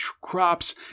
crops